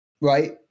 right